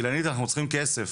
אילנית, אנחנו צריכים כסף.